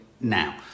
now